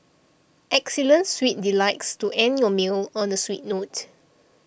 excellence sweet delights to end your meals on a sweet note